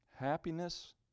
Happiness